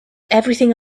everything